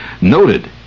noted